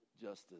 justice